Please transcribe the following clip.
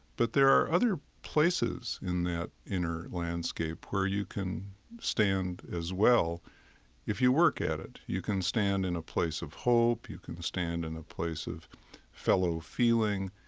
but there are other places in that inner landscape where you can stand as well if you work at it. you can stand in a place of hope. you can stand in a place of fellow feeling.